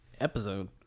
episode